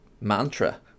mantra